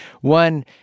one